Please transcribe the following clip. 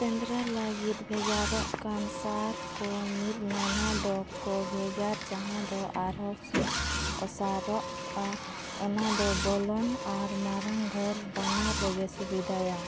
ᱥᱮᱸᱫᱽᱨᱟ ᱞᱟᱹᱜᱤᱫ ᱵᱷᱮᱜᱟᱨᱚᱜ ᱠᱟᱱ ᱥᱟᱨ ᱠᱚ ᱢᱤᱫ ᱱᱟᱱᱦᱟ ᱰᱚᱜᱽ ᱠᱚ ᱵᱷᱮᱜᱟᱨ ᱡᱟᱦᱟᱸ ᱫᱚ ᱟᱨᱦᱚᱸ ᱚᱥᱟᱨᱚᱜᱼᱟ ᱚᱱᱟ ᱫᱚ ᱵᱚᱞᱚᱱ ᱟᱨ ᱢᱟᱨᱟᱝ ᱜᱷᱟᱹᱞ ᱵᱟᱱᱟᱨ ᱨᱮᱜᱮ ᱥᱩᱵᱤᱫᱟᱭᱟ